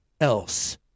else